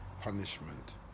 punishment